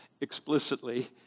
explicitly